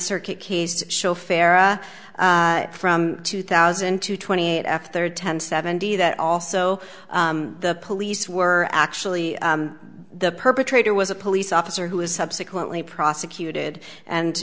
circuit case to show farah from two thousand to twenty eight after ten seventy that also the police were actually the perpetrator was a police officer who was subsequently prosecuted and